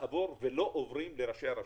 לעבור ולא עוברים לראשי הרשויות.